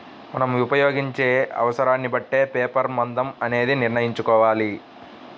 మనం ఉపయోగించే అవసరాన్ని బట్టే పేపర్ మందం అనేది నిర్ణయించుకోవాలి